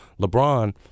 LeBron